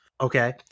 Okay